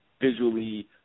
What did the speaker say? visually